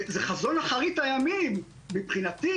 זה חזון אחרית הימים מבחינתנו.